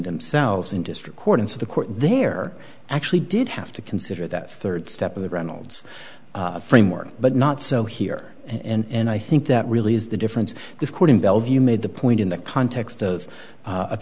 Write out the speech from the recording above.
themselves industry according to the court there actually did have to consider that third step of the reynolds framework but not so here and i think that really is the difference this court in bellevue made the point in the context of